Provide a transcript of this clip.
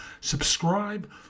Subscribe